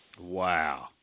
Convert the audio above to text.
Wow